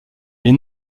les